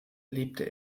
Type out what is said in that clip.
lebte